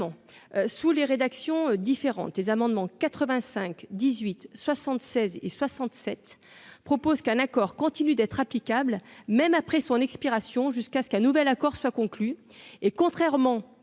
sous les rédactions différentes des amendements 85 18 76 et 67 propose qu'un accord continue d'être applicable, même après son expiration jusqu'à ce qu'un nouvel accord soit conclu